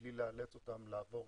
ובלי לאלץ אותם לעבור